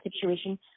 situation